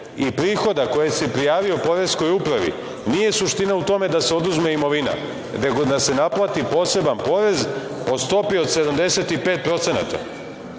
i prihoda koje si prijavio poreskoj upravi, nije suština u tome da se oduzme imovina, nego da se naplati poseban porez po stopi od